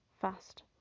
Fast